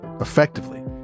effectively